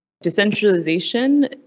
Decentralization